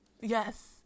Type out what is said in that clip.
yes